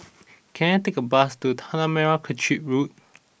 can I take a bus to Tanah Merah Kechil Road